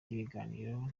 ry’ibiganiro